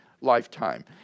lifetime